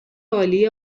عالی